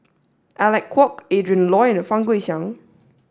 Alec Kuok Adrin Loi and Fang Guixiang